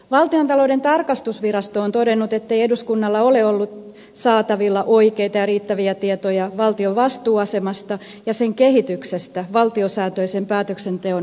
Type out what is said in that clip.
valtiontalouden tarkastusvirasto on todennut ettei eduskunnalla ole ollut saatavilla oikeita ja riittäviä tietoja valtion vastuuasemasta ja sen kehityksestä valtiosääntöisen päätöksenteon virallisasiakirjoissa